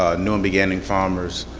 ah new um beginning farmers